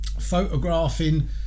photographing